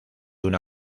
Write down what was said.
una